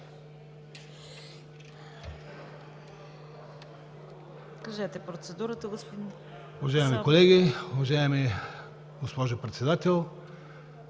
Кажете процедурата, господин